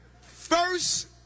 first